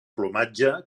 plomatge